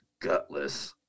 gutless